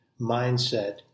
mindset